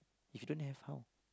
if you don't have how